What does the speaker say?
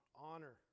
honor